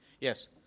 Yes